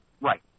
Right